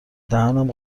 دهنم